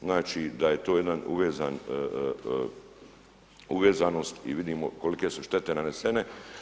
Znači da je to jedan uvezanost i vidimo kolike su štete nanesene.